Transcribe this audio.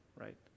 right